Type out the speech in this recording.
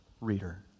reader